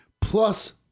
plus